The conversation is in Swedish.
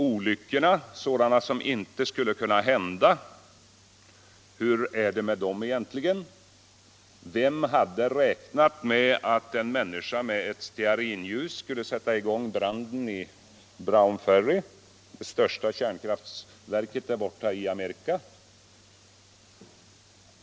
Olyckorna — sådana som inte skulle kunna hända — hur är det egentligen med dem? Vem hade räknat med att en människa med ett stearinljus skulle sätta i gång branden i Brown Ferry, det största kärnkraftverket borta i Amerika?